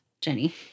Jenny